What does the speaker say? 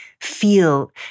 feel